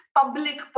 public